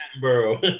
bro